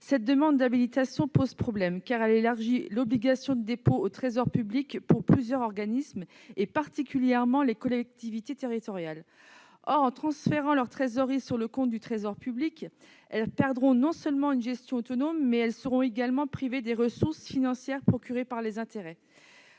Cette demande d'habilitation pose problème, car elle élargit l'obligation de dépôt au Trésor public pour plusieurs organismes, particulièrement les collectivités territoriales. Or, en transférant leurs trésoreries sur le compte du Trésor public, non seulement celles-ci perdront une autonomie de gestion, mais elles seront également privées des ressources financières procurées par les intérêts.